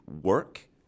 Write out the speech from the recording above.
work